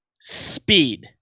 speed